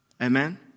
Amen